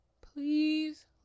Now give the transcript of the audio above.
please